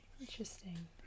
Interesting